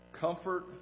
comfort